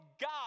God